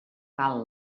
cal